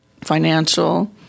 Financial